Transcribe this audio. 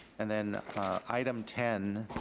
and then item ten,